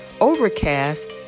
Overcast